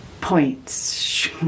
points